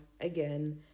again